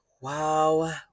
wow